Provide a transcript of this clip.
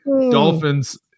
Dolphins